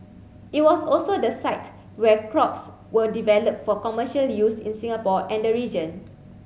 it was also the site where crops were developed for commercial use in Singapore and the region